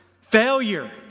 failure